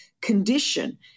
condition